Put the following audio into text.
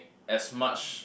as much